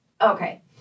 Okay